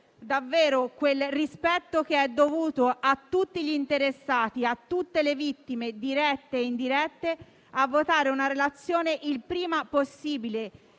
per il rispetto che è dovuto a tutti gli interessati, a tutte le vittime dirette e indirette, a votare una relazione il prima possibile,